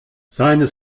seine